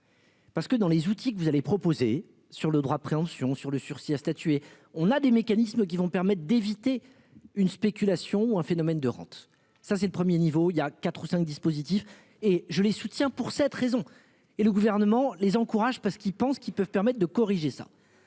Parce que dans les outils que vous allez proposer sur le droit de préemption sur le sursis à statuer. On a des mécanismes qui vont permettre d'éviter une spéculation un phénomène de rente. Ça c'est le 1er niveau il y a 4 ou 5 dispositifs et je les soutiens. Pour cette raison et le gouvernement les encourage parce qu'ils pensent qu'ils peuvent permettent de corriger ça.